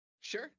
sure